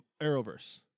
Arrowverse